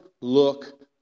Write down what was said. look